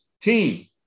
team